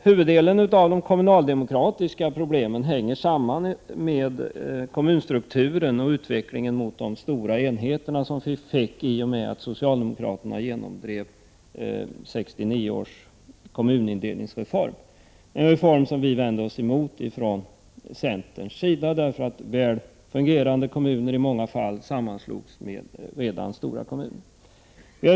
Huvuddelen av de kommunaldemokratiska problemen hänger samman med kommunstrukturen och den utveckling mot stora enheter som vi fick i och med att socialdemokraterna genomdrev 1969 års kommunindelningsform, en reform som vi från centerns sida vände oss emot, därför att väl fungerande kommuner i många fall sammanslogs med redan stora kommuner.